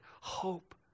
hope